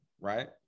right